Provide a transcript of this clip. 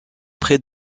près